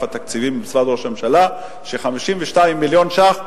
התקציבים במשרד ראש הממשלה ש-52 מיליון שקלים,